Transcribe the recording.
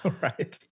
right